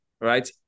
right